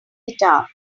guitar